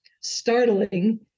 startling